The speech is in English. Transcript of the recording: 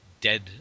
dead